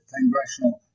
Congressional